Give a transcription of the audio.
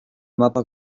mapa